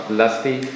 lusty